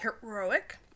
heroic